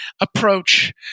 approach